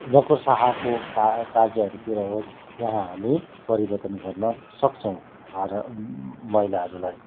नोकरसाहको का कार्यहरूतिर होस् यहाँ हामी परिवर्तन गर्न सक्छौँ भार महिलाहरूलाई